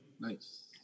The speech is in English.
Nice